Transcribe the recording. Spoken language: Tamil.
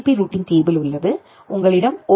பி ரூட்டிங் டேபிள் உள்ளது உங்களிடம் ஒ